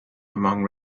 among